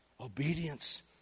Obedience